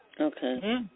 Okay